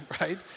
right